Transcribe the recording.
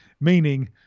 meaning